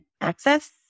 access